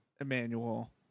Emmanuel